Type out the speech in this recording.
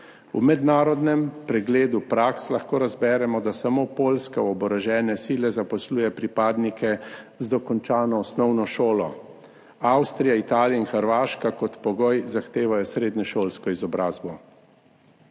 V mednarodnem pregledu praks lahko razberemo, da samo Poljska v oborožene sile zaposluje pripadnike z dokončano osnovno šolo, Avstrija, Italija in Hrvaška kot pogoj zahtevajo srednješolsko izobrazbo.